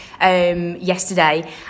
yesterday